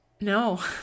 no